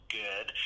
good